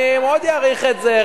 אני מאוד אעריך את זה,